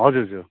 हजुर हजुर